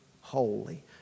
holy